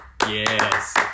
Yes